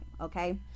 Okay